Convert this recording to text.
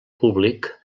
públic